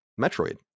Metroid